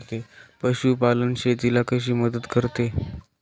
पशुपालन शेतीला कशी मदत करते?